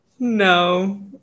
no